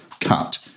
cut